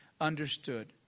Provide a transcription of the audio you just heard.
understood